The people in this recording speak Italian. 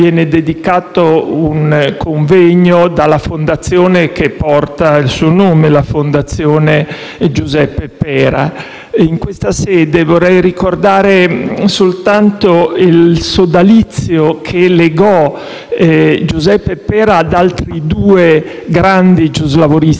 viene dedicato un convegno dalla Fondazione che porta il suo nome. In questa sede vorrei ricordare soltanto il sodalizio che legò Giuseppe Pera ad altri due grandi giuslavoristi